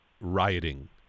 rioting